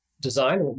design